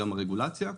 גם הרגולציה.